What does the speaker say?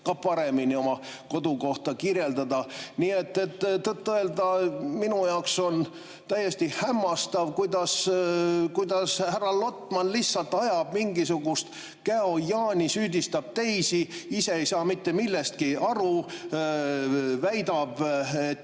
paremini oma kodukohta kirjeldada. Nii et tõtt-öelda on minu jaoks täiesti hämmastav, kuidas härra Lotman lihtsalt ajab mingisugust käojaani, süüdistab teisi, ise ei saa mitte millestki aru ja väidab, et